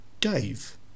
Dave